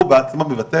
הוא בעצמו מבטל,